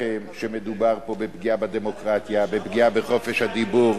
צעקת קודם: הארגונים, אחרי זה נגיע גם אלייך.